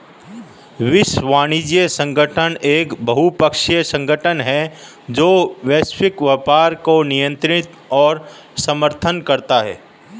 विश्व वाणिज्य संगठन एक बहुपक्षीय संगठन है जो वैश्विक व्यापार को नियंत्रित और समर्थन करता है